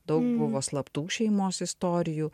daug buvo slaptų šeimos istorijų